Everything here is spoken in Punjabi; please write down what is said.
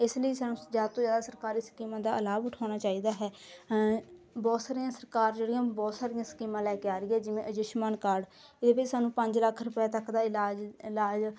ਇਸ ਲਈ ਸਾਨੂੰ ਜ਼ਿਆਦਾ ਤੋਂ ਜ਼ਿਆਦਾ ਸਰਕਾਰੀ ਸਕੀਮਾਂ ਦਾ ਲਾਭ ਉਠਾਉਣਾ ਚਾਹੀਦਾ ਹੈ ਬਹੁਤ ਸਾਰੀਆਂ ਸਰਕਾਰ ਜਿਹੜੀਆਂ ਬਹੁਤ ਸਾਰੀਆਂ ਸਕੀਮਾਂ ਲੈ ਕੇ ਆ ਰਹੀ ਆ ਜਿਵੇਂ ਆਯੁਸ਼ਮਾਨ ਕਾਰਡ ਇਹਦੇ ਵਿਚ ਸਾਨੂੰ ਪੰਜ ਲੱਖ ਰੁਪਏ ਤੱਕ ਦਾ ਇਲਾਜ ਇਲਾਜ